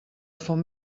font